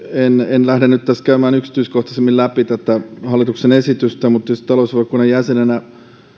en lähde nyt tässä käymään yksityiskohtaisemmin läpi tätä hallituksen esitystä mutta tietysti talousvaliokunnan jäsenenä